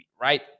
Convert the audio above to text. right